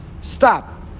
Stop